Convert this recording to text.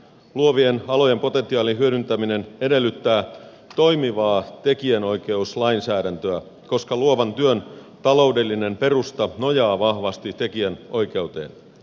luovien alojen potentiaalin hyödyntäminen edellyttää toimivaa tekijänoikeuslainsäädäntöä koska luovan työn taloudellinen perusta nojaa vahvasti tekijänoikeuteen